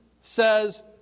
says